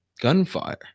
gunfire